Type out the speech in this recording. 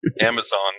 Amazon